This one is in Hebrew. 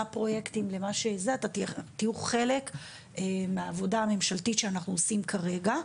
לפרויקטים ואתם תהיו חלק מהעבודה הממשלתית שאנחנו עושים כרגע.